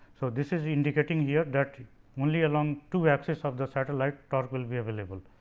so, this is indicating here that only along two axis of the satellite, torque will be available.